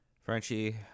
Frenchie